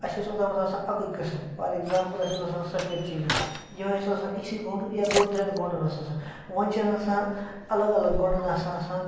اَسہِ اوس اوٚتامَتھ آسان اَکُے قٕسٕم فار ایٚکزامپٕل اَسہِ اوس آسان سفید چیٖنہٕ یِہوٚے اوس آسان أکۍسٕے گوٚنٛڈ یا دۄن ترٛٮ۪ن گوٚنٛڈن اوس آسان وۄنۍ چھِ اَسہِ آسان الگ الگ گوٚنٛڈَن اَسہِ آسان